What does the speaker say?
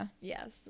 Yes